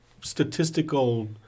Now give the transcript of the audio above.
statistical